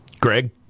Greg